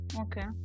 Okay